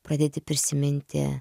pradedi prisiminti